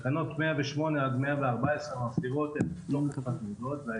תקנות 108 עד 114 מסדירות את האפשרות